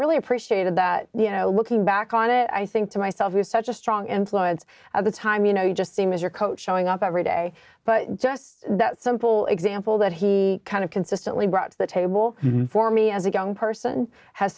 really appreciated that you know looking back on it i think to myself was such a strong influence at the time you know you just seem as your coach showing up every day but just that simple example that he kind of consistently brought to the table for me as a young person has